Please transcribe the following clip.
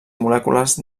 molècules